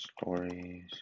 stories